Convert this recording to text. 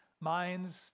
minds